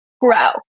grow